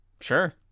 Sure